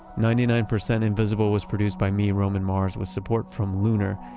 ninety nine percent invisible was produced by me, roman mars, with support from lunar,